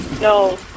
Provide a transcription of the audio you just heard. no